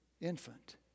infant